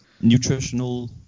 Nutritional